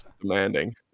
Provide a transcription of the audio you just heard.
demanding